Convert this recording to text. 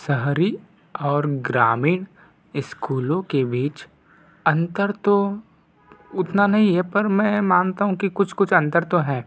शहरी और ग्रामीण स्कूलों के बीच अंतर तो उतना नहीं है पर मैं मानता हूँ कि कुछ कुछ अंतर तो है